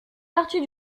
partie